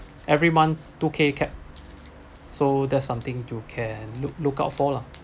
every month two K capped so there's something you can look look out for lah